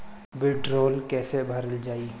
भीडरौल कैसे भरल जाइ?